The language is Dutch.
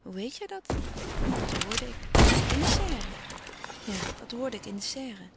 hoe weet jij dat dat hoorde ik in de serre ja dat hoorde ik in de serre